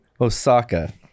Osaka